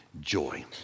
joy